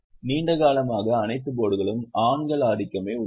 எனவே நீண்ட காலமாக அனைத்து போர்டுகளும் ஆண்கள் ஆதிக்கமே உள்ளது